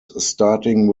starting